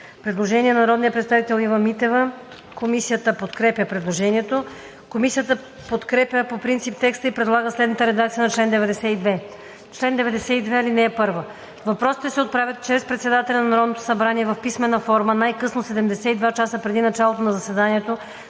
реда на чл. 83, ал. 6, т. 2 от ПОДНС. Комисията подкрепя предложението. Комисията подкрепя по принцип текста и предлага следната редакция на чл. 92: „Чл. 92. (1) Въпросите се отправят чрез председателя на Народното събрание в писмена форма най-късно 72 часа преди началото на заседанието,